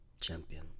Champion